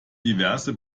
diverse